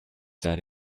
said